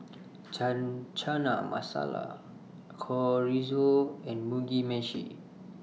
Chana Masala Chorizo and Mugi Meshi